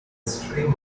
stream